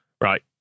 right